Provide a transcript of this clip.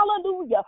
hallelujah